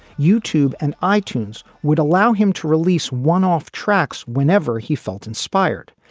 youtube and i-tunes would allow him to release one off tracks whenever he felt inspired.